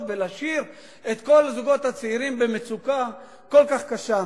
ולהשאיר את כל הזוגות הצעירים במצוקה כל כך קשה.